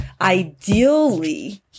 ideally